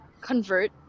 convert